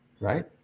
Right